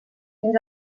fins